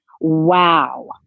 wow